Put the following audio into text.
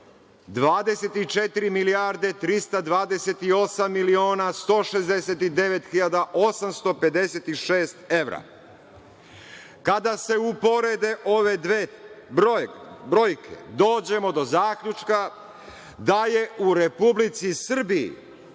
24 milijarde 328 miliona 169 hiljada 856 evra. Kada se uporede ove dve brojke, dođemo do zaključka da je u Republici Srbiji